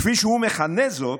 כפי שהוא מכנה זאת,